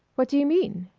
what do you mean?